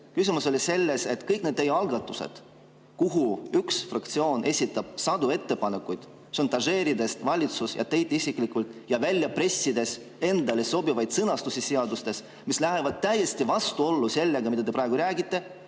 Küsimus oli selles, et kõik need teie algatused, mille kohta üks fraktsioon esitab sadu ettepanekuid, šantažeerides valitsust ja teid isiklikult ning välja pressides seadustes endale sobivaid sõnastusi, mis lähevad täiesti vastuollu sellega, mida te praegu räägite,